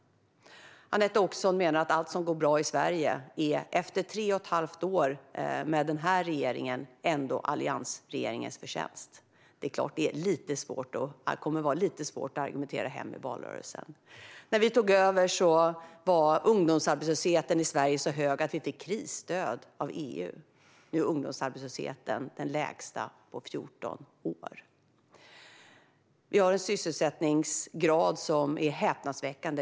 Anette Åkesson menar att allt som efter tre och ett halvt år med denna regering går bra i Sverige ändå är alliansregeringens förtjänst. Det är klart att det kommer att vara lite svårt att argumentera för det i valrörelsen. När vi tog över var ungdomsarbetslösheten i Sverige så hög att vi fick krisstöd i EU, och nu är ungdomsarbetslösheten den lägsta på 14 år. Vi har en sysselsättningsgrad som är häpnadsväckande.